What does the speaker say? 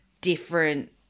different